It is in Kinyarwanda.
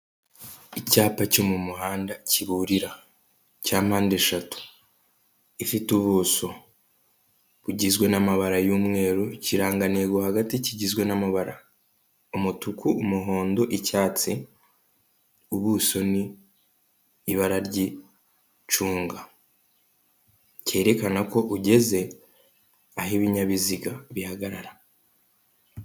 Icyapa cyo mu muhanda kiburira cya mpandeshatu ifite ubuso bugizwe n'amabara y'umweru ikirangantego hagati kigizwe n'amabara umutuku, umuhondo, icyatsi, ubuso ni ibara ry'icunga kerekana ko ugeze aho ibinyabiziga bihagarara.